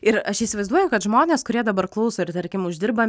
ir aš įsivaizduoju kad žmonės kurie dabar klauso ir tarkim uždirba